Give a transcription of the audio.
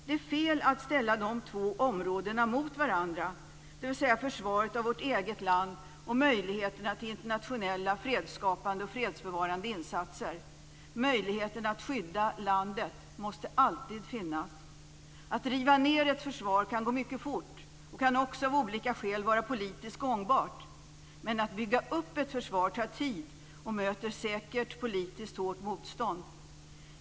Det är fel att ställa de två områdena mot varandra, dvs. försvaret av vårt eget land och möjligheterna till internationella fredsskapande och fredsbevarande insatser. Möjligheten att skydda landet måste alltid finnas. Att riva ned ett försvar kan gå mycket fort och kan också av olika skäl vara politiskt gångbart, men att bygga upp ett försvar tar tid och möter säkert politiskt hårt motstånd.